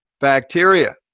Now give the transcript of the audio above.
bacteria